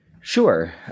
Sure